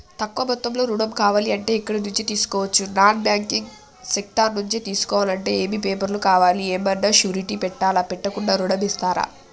తక్కువ మొత్తంలో ఋణం కావాలి అంటే ఎక్కడి నుంచి తీసుకోవచ్చు? నాన్ బ్యాంకింగ్ సెక్టార్ నుంచి తీసుకోవాలంటే ఏమి పేపర్ లు కావాలి? ఏమన్నా షూరిటీ పెట్టాలా? పెట్టకుండా ఋణం ఇస్తరా?